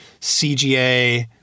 CGA